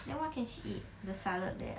then what can she eat the salad there ah